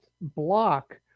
block